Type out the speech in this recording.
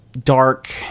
dark